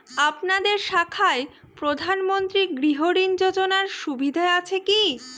আপনাদের শাখায় প্রধানমন্ত্রী গৃহ ঋণ যোজনার সুবিধা আছে কি?